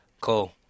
cool